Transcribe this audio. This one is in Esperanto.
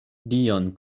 dion